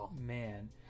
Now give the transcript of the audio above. man